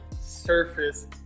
surface